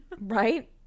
Right